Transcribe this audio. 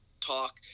talk